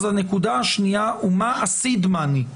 הנקודה השנייה היא מה ההון הראשוני,